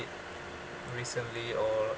recently or